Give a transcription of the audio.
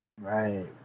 Right